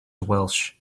welch